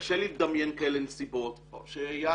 וקשה לי לדמיין כאלה נסיבות, כשיעלו.